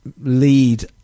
lead